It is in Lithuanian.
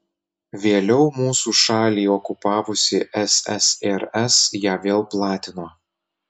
vėliau mūsų šalį okupavusi ssrs ją vėl platino